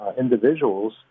individuals